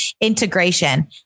integration